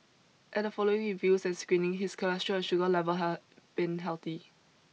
at the following reviews and screening his cholesterol and sugar level have been healthy